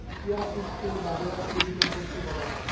chia সিডকে বাংলায় পুদিনা শস্য বলা হয়